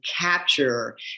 capture